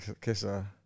kisser